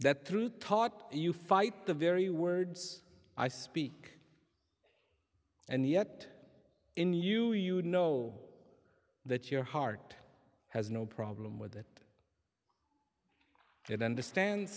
that through taught you fight the very words i speak and yet in you you know that your heart has no problem with that it understand